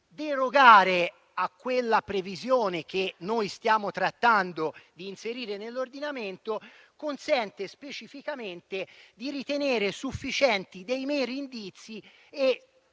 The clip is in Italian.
derogare a quella previsione che stiamo trattando di inserire nell'ordinamento - consente specificamente di ritenere sufficienti dei meri indizi e